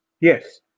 Yes